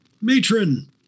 matron